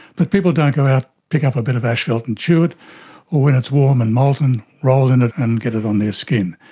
but people don't go out, pick up a bit of asphalt and chew it, or when it's warm and molten roll in it and get it on their skin.